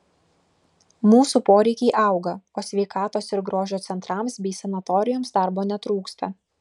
mūsų poreikiai auga o sveikatos ir grožio centrams bei sanatorijoms darbo netrūksta